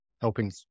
helping